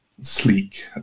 sleek